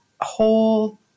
whole